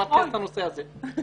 ולמקד את הנושא הזה.